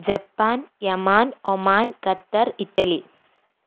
Japan Yemen Oman Qatar Italy